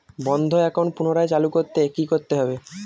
বন্ধ একাউন্ট পুনরায় চালু করতে কি করতে হবে?